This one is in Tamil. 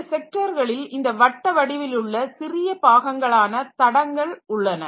இந்த ஸெக்டார்களில் இந்த வட்ட வடிவிலுள்ள சிறிய பாகங்களான தடங்கள் உள்ளன